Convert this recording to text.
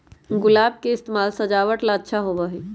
गुलाब के इस्तेमाल सजावट ला होबा हई